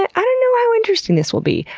i don't know how interesting this will be,